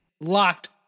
locked